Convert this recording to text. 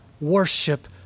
Worship